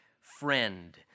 friend